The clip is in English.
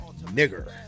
nigger